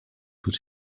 put